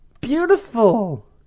beautiful